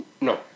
no